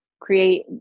create